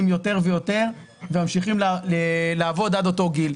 יותר ויותר וממשיכים לעבוד עד אותו גיל.